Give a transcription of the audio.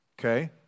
okay